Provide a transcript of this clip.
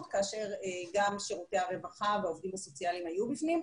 כאשר גם שירותי הרווחה והעובדים הסוציאליים היו בפנים.